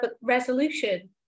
resolution